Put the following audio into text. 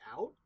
out